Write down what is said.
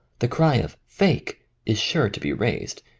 the cry of fake is sure to be raised,